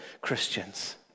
Christians